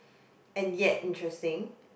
and yet interesting